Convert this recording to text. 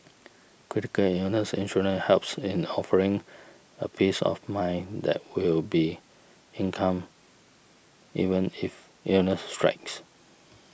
critical illness insurance helps in offering a peace of mind that will be income even if illnesses strikes